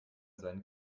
seinen